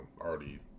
already